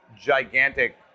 gigantic